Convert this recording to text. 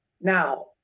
now